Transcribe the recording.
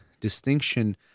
distinction